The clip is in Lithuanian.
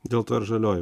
dėl to ir žalioji